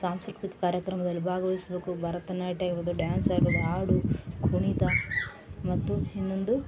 ಸಾಂಸ್ಕೃತಿಕ ಕಾರ್ಯಕ್ರಮದಲ್ಲಿ ಭಾಗವಹಿಸ್ಬೇಕು ಭರತ ನಾಟ್ಯ ಆಗಿರ್ಬೋದು ಡ್ಯಾನ್ಸ್ ಆಗ್ಬೋದು ಹಾಡು ಕುಣಿತ ಮತ್ತು ಇನ್ನೊಂದು